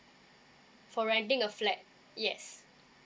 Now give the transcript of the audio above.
for renting a flat yes